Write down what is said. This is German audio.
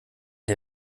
der